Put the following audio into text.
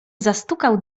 zastukał